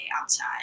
outside